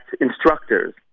instructors